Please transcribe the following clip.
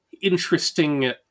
interesting